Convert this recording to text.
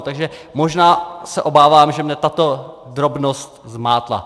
Takže možná se obávám, že mě tato drobnost zmátla.